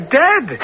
dead